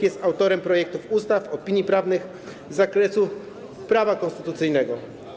Jest autorem projektów ustaw, opinii prawnych z zakresu prawa konstytucyjnego.